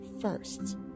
first